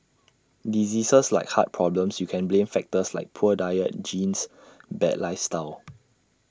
diseases like heart problems you can blame factors like poor diet genes bad lifestyle